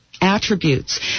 attributes